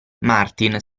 martin